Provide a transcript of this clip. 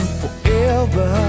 forever